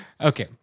Okay